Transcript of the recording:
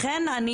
לכן אני